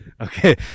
Okay